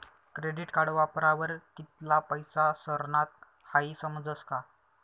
credit card वापरावर कित्ला पैसा सरनात हाई समजस का